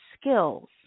skills